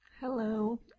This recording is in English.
Hello